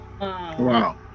Wow